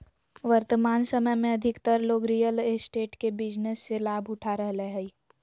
वर्तमान समय में अधिकतर लोग रियल एस्टेट के बिजनेस से लाभ उठा रहलय हइ